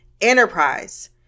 enterprise